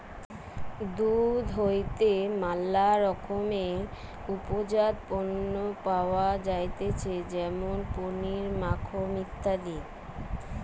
দুধ হইতে ম্যালা রকমের উপজাত পণ্য পাওয়া যাইতেছে যেমন পনির, মাখন ইত্যাদি